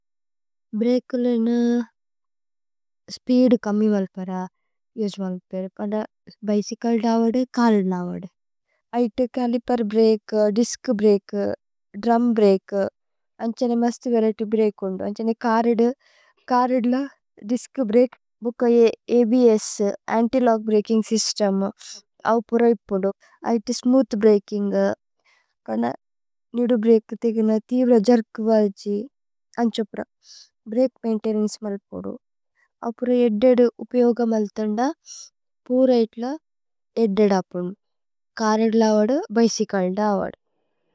ഭ്രകേലേ ന സ്പീദു കമേ മല്പര ഉസേ മല്പര പന്ന। ബിച്യ്ച്ലേ ദാവദു ചര്ദ് ലാവദു ഐഥേ ചലിപേര് brake. Disc brake drum brake അന്ഛേഅനേ മസ്തു വരിഏത്യ് ബ്രകേ। ഓന്ദു അന്ഛേഅനേ ചര്ദ് ചര്ദ് ല ദിസ്ച് ബ്രകേ ഭുകയേ ABS. Anti lock braking system അവു പുര ഇപോദു ഐഥേ। സ്മൂഥ് ബ്രകിന്ഗ് പന്ന നിദു ബ്രകേ തേഗിന തേവ്ര। ജേര്ക് വര്ജി അന്ഛേഅപ്ര ബ്രകേ മൈന്തേനന്ചേ മല്പരു। അപുര ഏദ്ദേദ് ഉപ്യോഗ മല്ഥന്ദ പുര ഇത്ല ഏദ്ദേദ്। അപുരു ഛര്ദ് ലാവദു ബിച്യ്ച്ലേ ദാവദു।